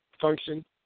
function